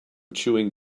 chewing